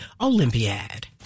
Olympiad